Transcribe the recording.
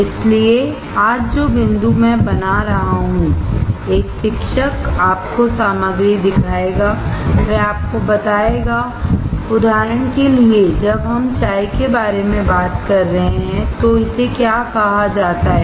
इसलिए आज जो बिंदु मैं बना रहा हूं एक शिक्षक आपको सामग्री दिखाएगा वह आपको बताएगा उदाहरण के लिए जब हम चाय के बारे में बात कर रहे हैं तो इसे क्या कहा जाता है